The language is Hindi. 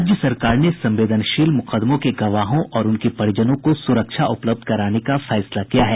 राज्य सरकार ने संवेदनशील मुकदमों के गवाहों और उनके परिजनों को सुरक्षा उपलब्ध कराने का फैसला किया है